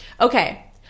Okay